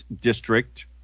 district